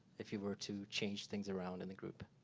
if you were to change things around in the group?